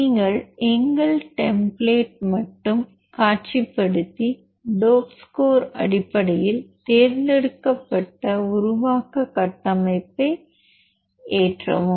நீங்கள் எங்கள் டெம்ப்ளேட் மட்டும் காட்சிப்படுத்தி டோப் ஸ்கோர் அடிப்படையில் தேர்ந்தெடுக்கப்பட்ட உருவாக்க கட்டமைப்பை ஏற்றவும்